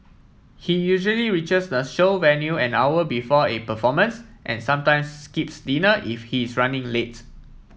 he usually reaches the show venue an hour before a performance and sometimes skips dinner if he is running late